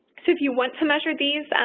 so if you want to measure these,